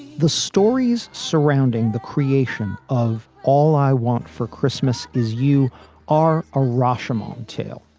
the stories surrounding the creation of all i want for christmas is you are a rashomon tale.